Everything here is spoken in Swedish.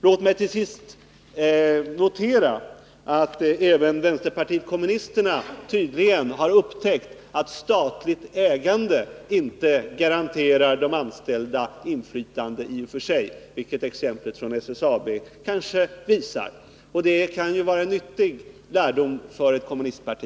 Låt mig till sist notera att även vänsterpartiet kommunisterna tydligen har upptäckt att statligt ägande i och för sig inte garanterar de anställda inflytande, vilket exemplet från SSAB kanske visar. — Det kan vara en nyttig lärdom för ett kommunistparti.